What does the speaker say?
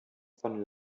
von